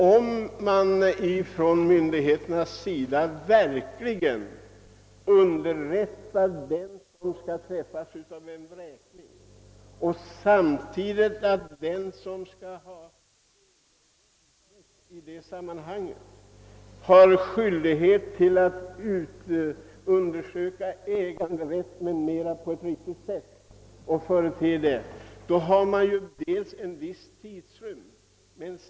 Om myndigheterna verkligen underrättar den som skall bli föremål för vräkning och den som äger domsrätt har skyldighet att undersöka äganderättsförhållandena o. d., blir det en viss tidsfrist.